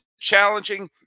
challenging